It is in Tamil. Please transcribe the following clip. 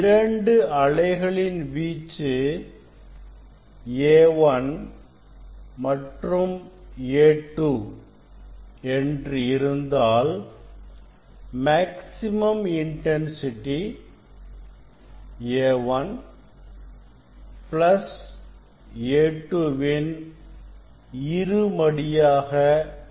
இரண்டு அலைகளின் வீச்சு A1 மற்றும் A2 என்று இருந்தால் maximum intensity A1 plus A2 வின் இரு மடியாக இருக்கும்